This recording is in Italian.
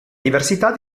diversità